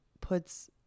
puts